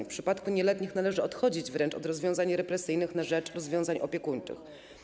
W przypadku nieletnich należy odchodzić wręcz od rozwiązań represyjnych na rzecz rozwiązań opiekuńczych.